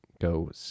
go